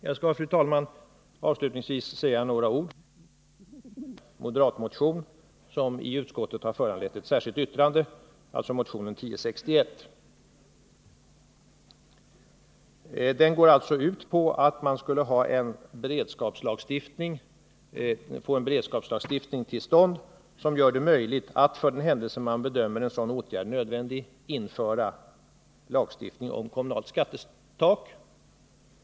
Jag skall, fru talman, avslutningsvis säga några ord om den moderata motion som i utskottet har föranlett ett särskilt yttrande, alltså motionen 1061. Den går ut på att man skulle få en beredskapslagstiftning till stånd, som gör det möjligt att för den händelse man bedömer en sådan åtgärd nödvändig införa lagstiftning om kommunalt skattetak.